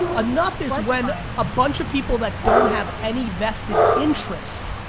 enough, is when a bunch of people that don't have any vested interest,